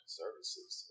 services